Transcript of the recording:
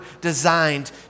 designed